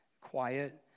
quiet